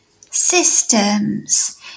systems